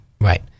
right